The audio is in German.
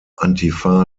antifa